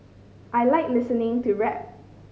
I like listening to rap